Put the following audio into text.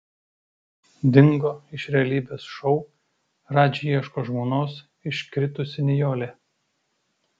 dingo iš realybės šou radži ieško žmonos iškritusi nijolė